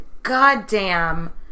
Goddamn